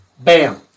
bam